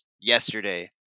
yesterday